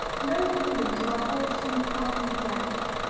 no room for a wholesome, healthy doubt?